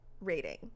rating